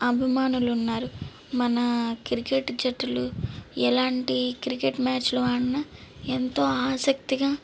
అభిమానులు ఉన్నారు మన క్రికెట్ జట్టులు ఎలాంటి క్రికెట్ మ్యాచ్లు ఆడిన ఎంతో ఆసక్తిగా